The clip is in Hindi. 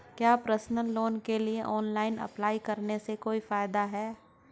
क्या पर्सनल लोन के लिए ऑनलाइन अप्लाई करने से कोई फायदा है?